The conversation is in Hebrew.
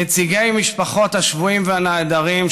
נציגי משפחות השבויים והנעדרים,